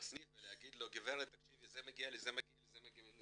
בסניף ולהגיד לו "זה מגיע לי וזה מגיע לי",